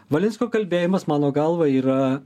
valinsko kalbėjimas mano galva yra